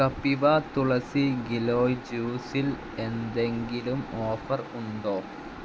കപിവ തുളസി ഗിലോയ് ജ്യൂസിൽ എന്തെങ്കിലും ഓഫർ ഉണ്ടോ